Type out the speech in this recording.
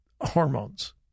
hormones